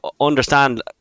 understand